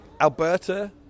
Alberta